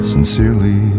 Sincerely